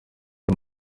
aya